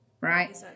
right